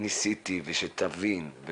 ניסיתי ושתבין.